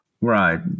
Right